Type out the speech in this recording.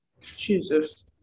Jesus